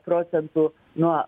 procentų nuo